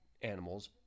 animals